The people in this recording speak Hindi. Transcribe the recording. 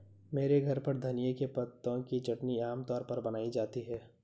मेरे घर पर धनिए के पत्तों की चटनी आम तौर पर बनाई जाती है